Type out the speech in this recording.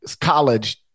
college